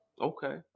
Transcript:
Okay